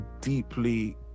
deeply